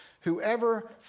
whoever